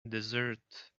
dessert